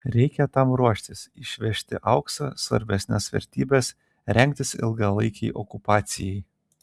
reikia tam ruoštis išvežti auksą svarbesnes vertybes rengtis ilgalaikei okupacijai